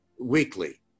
weekly